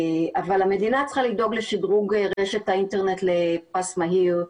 אבל המדינה צריכה לדאוג לשדרוג רשת האינטרנט לפס מהיר,